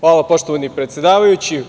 Hvala, poštovani predsedavajući.